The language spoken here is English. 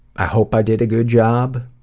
i hope i did a good job.